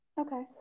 Okay